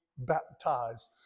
Baptized